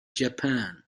japan